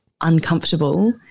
uncomfortable